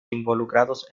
involucrados